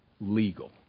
legal